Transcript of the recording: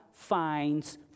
finds